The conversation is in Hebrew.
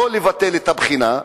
לא לבטל את הבחינה.